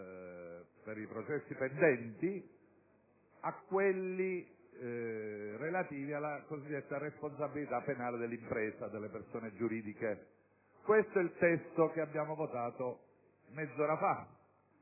per i processi pendenti, a quelli relativi alla cosiddetta responsabilità penale dell'impresa e delle persone giuridiche. Questo il testo che abbiamo votato mezz'ora fa.